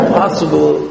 possible